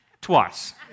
twice